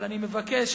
אני מבקש,